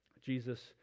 Jesus